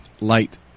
Light